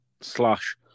slash